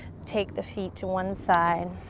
take the feet to one side,